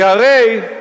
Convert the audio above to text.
כי הרי,